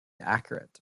accurate